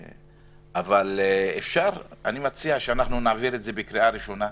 אני מציע שנעביר את הצעת החוק בקריאה הראשונה,